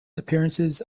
appearances